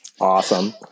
Awesome